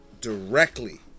Directly